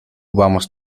vamos